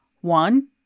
One